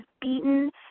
beaten